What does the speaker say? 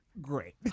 Great